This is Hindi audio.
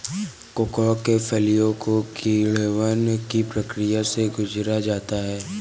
कोकोआ के फलियों को किण्वन की प्रक्रिया से गुजारा जाता है